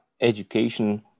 education